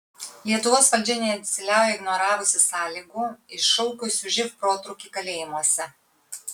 lietuvos valdžia nesiliauja ignoravusi sąlygų iššaukusių živ protrūkį kalėjimuose